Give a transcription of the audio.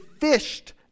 fished